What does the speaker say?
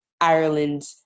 Ireland